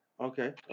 Okay